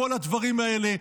כל הדברים האלה,